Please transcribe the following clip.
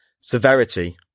severity